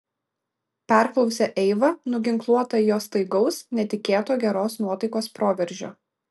perklausė eiva nuginkluota jo staigaus netikėto geros nuotaikos proveržio